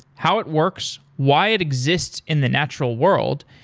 how it works, why it exists in the natural world,